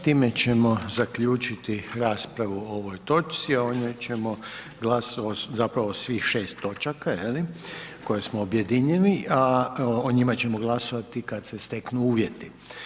Time ćemo zaključiti raspravu o ovoj točci a o njoj ćemo glasovati, zapravo svih 6 točaka je li, koje smo objedinili, o njima ćemo glasovati kad se steknu uvjeti.